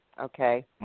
okay